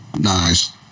Nice